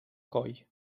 coll